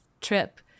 trip